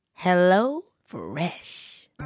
HelloFresh